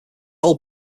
whole